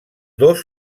dos